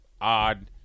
odd